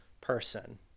person